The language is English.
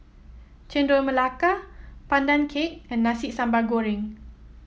Chendol Melaka Pandan Cake and Nasi Sambal Goreng